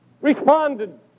responded